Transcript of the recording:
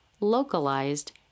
localized